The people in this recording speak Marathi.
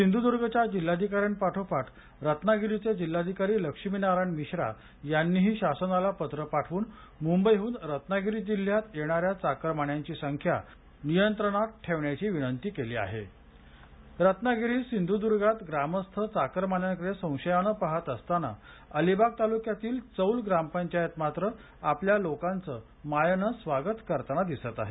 सिंधुदुर्गच्या जिल्हाधिकाऱ्यांपाठोपाठ रत्नागिरीचे जिल्हाधिकारी लक्ष्मीनारायण मिश्रा यांनीही शासनाला पत्र पाठवून मुंबईहन रत्नागिरी जिल्ह्यात येणाऱ्या चाकरमान्यांची संख्या नियंत्रणात ठेवण्याची विनंती केली आहे रत्नागिरी सिंधुद्गांत ग्रामस्थ चाकरमान्यांकडे संशयानं पाहत असताना अलिबाग तालुक्यातील चौल गामपंचायत मात्र आपल्या लोकांचं मायेनं सवागत करताना दिसत आहे